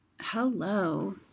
Hello